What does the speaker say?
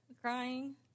crying